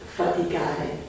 faticare